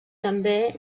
també